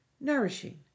nourishing